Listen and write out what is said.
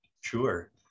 Sure